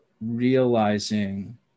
realizing